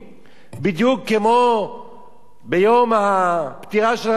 בדיוק כמו ביום הפטירה של רחל אמנו,